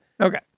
Okay